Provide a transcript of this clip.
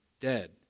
dead